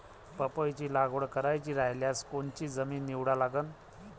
पपईची लागवड करायची रायल्यास कोनची जमीन निवडा लागन?